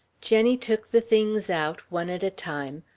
jenny took the things out, one at a time,